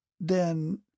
Then